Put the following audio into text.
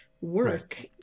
work